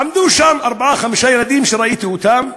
עמדו שם ארבעה-חמישה ילדים, ראיתי אותם.